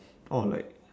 orh like